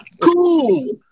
cool